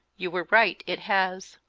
you were right it has.